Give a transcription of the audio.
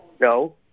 No